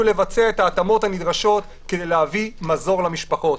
לבצע את ההתאמות הנדרשות כדי להביא מזור למשפחות,